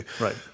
Right